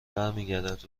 برمیگردد